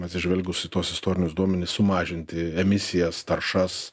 atsižvelgus į tuos istorinius duomenis sumažinti emisijas taršas